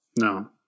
No